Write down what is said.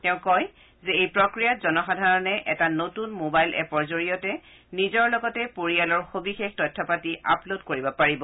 তেওঁ কয় যে এই প্ৰক্ৰিয়াত জনসাধাৰণে এটা নতুন মবাইল এ'পৰ জৰিয়তে নিজৰ লগতে পৰিয়ালৰ সৱিশেষ তথ্য পাতি আপলোড কৰিব পাৰিব